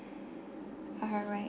alright